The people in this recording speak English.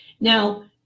Now